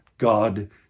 God